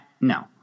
No